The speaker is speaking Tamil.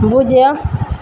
பூஜ்ஜியம்